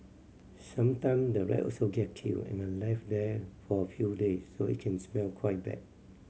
sometime the rat also get killed and are left there for a few days so it can smell quite bad